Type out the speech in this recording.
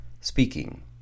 speaking